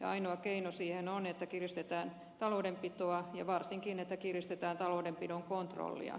ainoa keino siihen on että kiristetään taloudenpitoa ja varsinkin että kiristetään taloudenpidon kontrollia